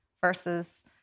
versus